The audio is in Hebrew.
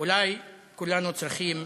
אולי כולנו צריכים